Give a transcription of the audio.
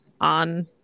on